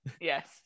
Yes